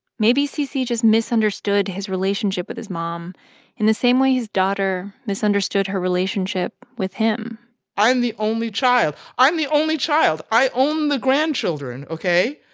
maybe cc just misunderstood his relationship with his mom in the same way his daughter misunderstood her relationship with him i'm the only child. i'm the only child. i own the grandchildren, ok?